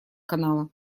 канала